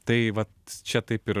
tai vat čia taip ir